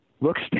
looks